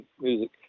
music